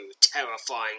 terrifying